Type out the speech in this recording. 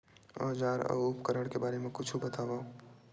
औजार अउ उपकरण के बारे मा कुछु बतावव?